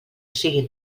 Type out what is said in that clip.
siguen